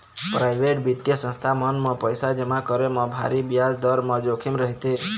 private बित्तीय संस्था मन म पइसा जमा करे म भारी बियाज दर म जोखिम रहिथे